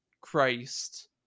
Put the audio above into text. Christ